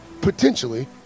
potentially